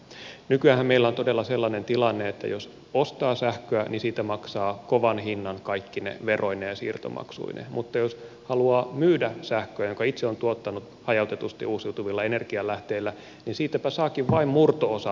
nykyäänhän meillä on todella sellainen tilanne että jos ostaa sähköä niin siitä maksaa kovan hinnan kaikkine veroineen ja siirtomaksuineen mutta jos haluaa myydä sähköä jonka itse on tuottanut hajautetusti uusiutuvilla energialähteillä niin siitäpä saakin vain murto osan takaisin